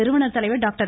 நிறுவனர் தலைவர் டாக்டர்